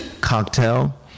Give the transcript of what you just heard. Cocktail